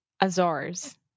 Azores